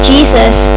Jesus